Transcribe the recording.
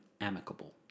amicable